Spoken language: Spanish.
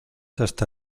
hasta